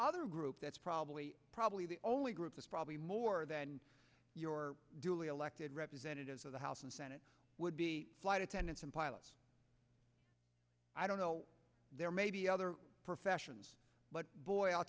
other group that's probably probably the only group that's probably more than duly elected representatives of the house and senate would be flight attendants and pilots i don't know there may be other professions but boy i'll